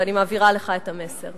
ואני מעבירה לך את המסר: